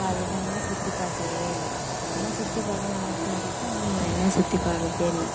பாதி இடங்கள்லாம் சுற்றி பார்க்கவே இல்லை ஆனால் சுற்றி பார்க்கணும் ஆசையாக இருக்குது ஆனால் நான் இன்னும் சுற்றி பார்க்கவே இல்லை